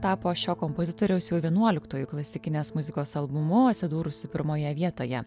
tapo šio kompozitoriaus jau vienuoliktuoju klasikinės muzikos albumu atsidūrusiu pirmoje vietoje